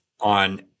on